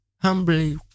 humbly